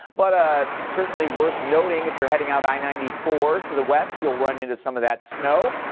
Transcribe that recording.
but ah certainly worth noting if you're heading out i ninety four to the west, you'll run into some of that snow.